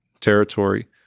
territory